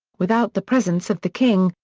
without the presence of the king,